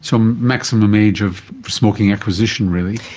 so maximum age of smoking acquisition really.